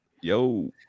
yo